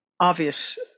obvious